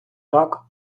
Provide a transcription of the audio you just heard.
так